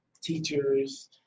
teachers